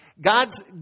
God's